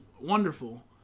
wonderful